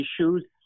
issues